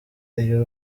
iyo